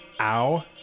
Ow